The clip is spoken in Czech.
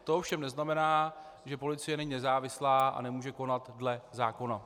To ovšem neznamená, že policie není nezávislá a nemůže konat dle zákona.